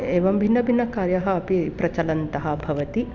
एवं भिन्नभिन्न कार्याः अपि प्रचलन्तः भवति